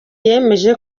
yemeje